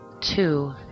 Two